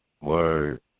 Word